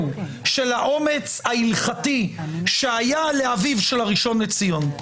של האומץ ההלכתי שהיה לאביו של הראשון לציון.